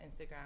Instagram